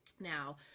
Now